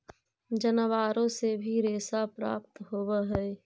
जनावारो से भी रेशा प्राप्त होवऽ हई